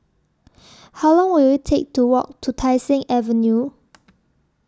How Long Will IT Take to Walk to Tai Seng Avenue